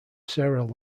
sarah